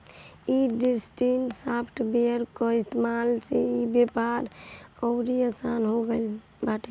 day trading software कअ इस्तेमाल से इ व्यापार अउरी आसन हो गिल बाटे